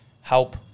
Help